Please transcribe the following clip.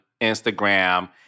Instagram